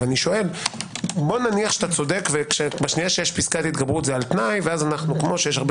נניח שאתה צודק וברגע שיש פסקת התגברות זה על